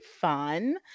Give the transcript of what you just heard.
fun